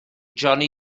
johnny